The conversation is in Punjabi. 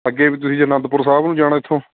ਅੱਗੇ ਵੀ ਤੁਸੀਂ ਅਨੰਦਪੁਰ ਸਾਹਿਬ ਨੂੰ ਜਾਣਾ ਇੱਥੋਂ